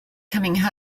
coming